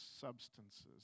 substances